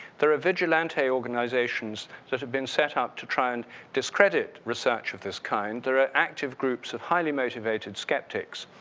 there are vigilante organizations that have been setup to try and discredit research of this kind, there are active groups of highly motivated skeptics,